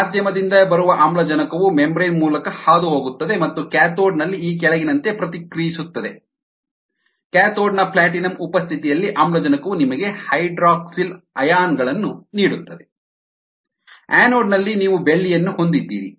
ಮಾಧ್ಯಮದಿಂದ ಬರುವ ಆಮ್ಲಜನಕವು ಮೆಂಬ್ರೇನ್ ಮೂಲಕ ಹಾದುಹೋಗುತ್ತದೆ ಮತ್ತು ಕ್ಯಾಥೋಡ್ ನಲ್ಲಿ ಈ ಕೆಳಗಿನಂತೆ ಪ್ರತಿಕ್ರಿಯಿಸುತ್ತದೆ ಕ್ಯಾಥೋಡ್ ನ ಪ್ಲಾಟಿನಂ ಉಪಸ್ಥಿತಿಯಲ್ಲಿ ಆಮ್ಲಜನಕವು ನಿಮಗೆ ಹೈಡ್ರಾಕ್ಸಿಲ್ ಅಯಾನುಗಳನ್ನು ನೀಡುತ್ತದೆ 12O2H2O2e Pt2OH AgCl AgCle anode ನಲ್ಲಿ ನೀವು ಬೆಳ್ಳಿಯನ್ನು ಹೊಂದಿದ್ದೀರಿ